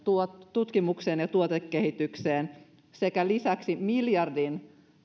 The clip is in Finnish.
tutkimukseen ja tuotekehitykseen sekä lisäksi miljardin